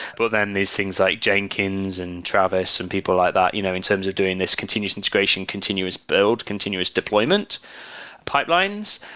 but then these things like jenkins, and travis and people like that you know in terms of doing this continuous integration, continuous build, continuous deployment pipelines.